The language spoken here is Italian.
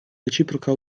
reciproca